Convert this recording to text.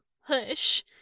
Hush